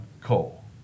Cole